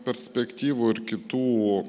perspektyvų ir kitų